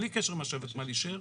בלי קשר למה שהוותמ"ל אישר,